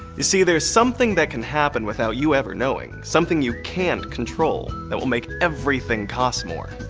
you see there's something that can happen without you ever knowing, something you can't control that will make everything cost more.